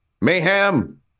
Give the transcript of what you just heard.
Mayhem